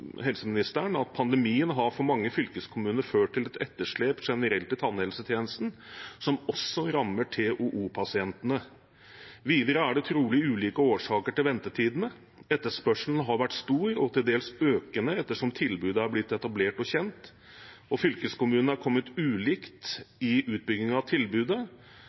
helseministeren: «Pandemien har for mange fylkeskommuner ført til et etterslep generelt i tannhelsetjenesten som også rammer TOO-pasientene. Videre er det trolig ulike årsaker til ventetidene. Etterspørselen har vært stor og til dels økende ettersom tilbudet er blitt etablert og kjent. Fylkeskommunene er kommet ulikt i utbyggingen av tilbudet.